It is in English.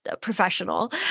professional